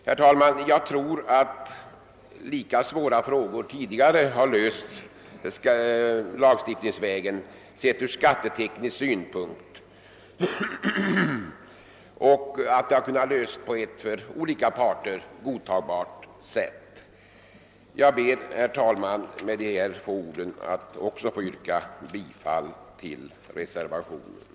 Lika svåra frågor, från skatteteknisk synpunkt, har tidigare kunnat lösas lagstiftningsvägen på ett för olika parter godtagbart sätt. Med dessa få ord ber jag, herr talman, att få yrka bifall till reservationen.